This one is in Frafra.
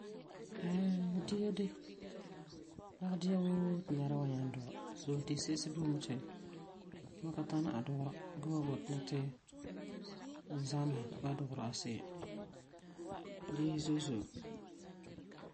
Ɛɛ, dagi dia woo ti nɛra wan nyaŋɛ dugɛ. So disesi boi mɛ ti ma ka tana a dugera ge boti ni ti n zamesɛ ba n dugeri a se'em. Dia zo'e zo'e.